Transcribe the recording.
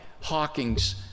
Hawking's